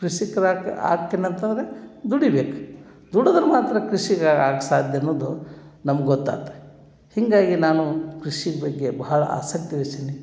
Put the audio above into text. ಕೃಷಿಕ್ರು ಹಾಕಿ ಆಗ್ತೀನಿ ಅಂತ ಅಂದ್ರೆ ದುಡಿಬೇಕು ದುಡ್ದ್ರೆ ಮಾತ್ರ ಕೃಷಿಕರು ಆಗೋಕೆ ಸಾಧ್ಯ ಅನ್ನೋದು ನಮ್ಗೆ ಗೊತ್ತು ಆತ್ ಹೀಗಾಗಿ ನಾನು ಕೃಷಿ ಬಗ್ಗೆ ಬಹಳ ಆಸಕ್ತಿ ವಹಿಸೀನಿ